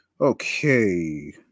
okay